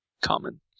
common